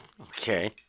Okay